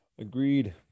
Agreed